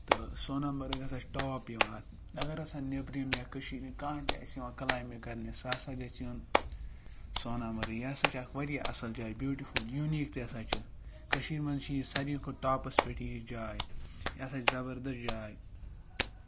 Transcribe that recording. تہٕ سونامرگ ہَسا چھُ ٹاپ یِوان اَگَر ہَسا نیٚبرِم یا کٔشیٖر ہِنٛدۍ کانٛہہ تہِ آسہِ یِوان کلایمبِنٛگ کَرنہِ سُہ ہَسا گَژھِ یُن سونامَرک یہِ ہَسا چھِ اکھ واریاہ اصل جاے بیوٹفُل یوٗنیٖک تہِ ہَسا چھِ کٔشیٖر مَنٛز چھِ یہِ ساروی کھۄتہٕ ٹاپَس پیٹھ یہِ جاے یہِ ہَسا چھِ زَبَردَس جاے